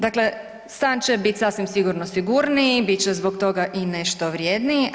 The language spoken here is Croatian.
Dakle, stan će biti sasvim sigurno sigurniji, bit će zbog toga i nešto vredniji.